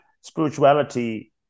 spirituality